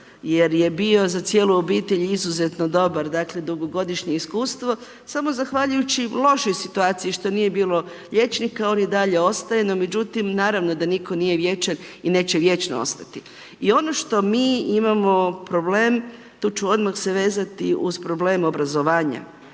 jer je bio za cijelu obitelj izuzetno dobar, dakle dugogodišnje iskustvo, samo zahvaljujući lošoj situaciji što nije bilo liječnika, on i dalje ostaje, no međutim naravno da nitko nije vječan i neće vječno ostati. I ono što mi imamo problem, tu ću odmah se vezati uz problem obrazovanja,